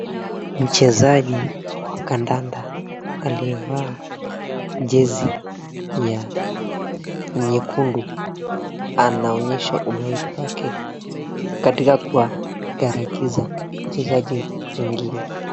Mchezaji wa kandanda aliyevaa jezi ya nyekundu anaonyesha umahiri wake katika kuwagaragiza wachezaji wengine.